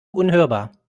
unhörbar